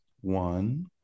one